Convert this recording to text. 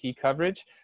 coverage